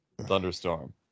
Thunderstorm